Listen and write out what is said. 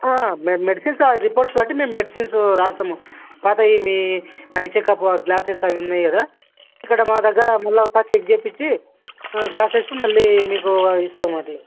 మేము medical report బట్టి మేము మెడిసిన్స్ రాస్తాము పాతవి మీ ఐ చెకప్ గ్లాసెస్ అవి ఉన్నాయి కదా ఇక్కడ మా దగ్గర మరల ఒకసారి చెక్ చేపించి గ్లాసెస్ మరల మీకు ఇస్తాం వాటివి